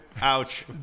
Ouch